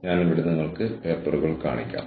ഞാൻ ഈ പേപ്പർ വീണ്ടും കാണിക്കും